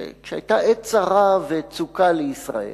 שכשהיתה עת צרה וצוקה לישראל